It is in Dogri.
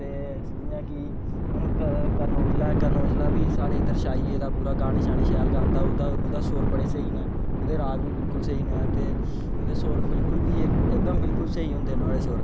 ते जियां कि हून कर्ण ओजला ऐ ओ बी साडे इदर छाई गेदा पुरा गाने शाने शैल गांदा ऐ ओहदा सुर बडा स्हेई ना ओहदे राग बी बिल्कुल स्हेई ना ते ओहदे सुर बिल्कुल बी इकदम बिल्कुल स्हेई होंदे ना नुआडे सुर